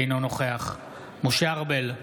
אינו נוכח משה ארבל,